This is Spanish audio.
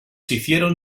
hicieron